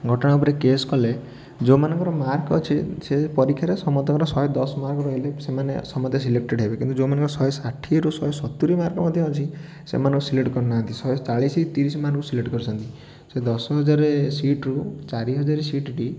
ଘଟଣା ଉପରେ କେସ୍ କଲେ ଯେଉଁମାନଙ୍କର ମାର୍କ ଅଛି ସେ ପରୀକ୍ଷାରେ ସମସ୍ତଙ୍କର ଶହେଦଶ ମାର୍କ ରହିଲେ ସମସ୍ତେ ସିଲେକ୍ଟେଡ଼୍ ହେବେ କିନ୍ତୁ ଯେଉଁମାନଙ୍କର ଶହେ ଷାଠିଏରୁ ଶହେ ସତୁରୀ ମାର୍କ ମଧ୍ୟ ଅଛି ସେମାନଙ୍କୁ ସିଲେକ୍ଟ୍ କରିନାହାନ୍ତି ଶହେ ଚାଳିଶ ତିରିଶମାନଙ୍କୁ ସିଲେକ୍ଟ କରିଛନ୍ତି ସେ ଦଶହଜାରେ ସିଟ୍ରୁ ଚାରିହଜାର ସିଟ୍ଟି